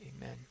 amen